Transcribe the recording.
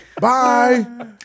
bye